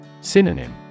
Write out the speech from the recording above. Synonym